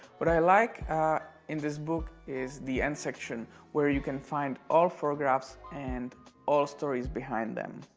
what i like in this book is the end section where you can find all photographs and all stories behind them.